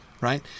right